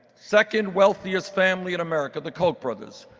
second wealthiest family in america, the koch brothers,